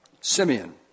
Simeon